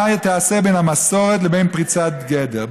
מה תעשה בין המסורת לבין פריצת גדר?